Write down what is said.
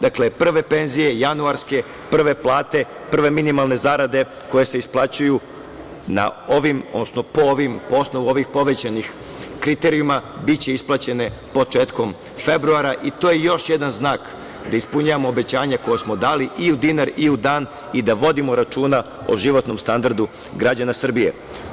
Dakle, prve penzije januarske, prve plate, prve minimalne zarade koje se isplaćuju po osnovu ovih povećanih kriterijuma biće isplaćene početkom februara i to je još jedan znak da ispunjavamo obećanja koja smo dali i u dinar i u dan i da vodimo računa o životnom standardu građana Srbije.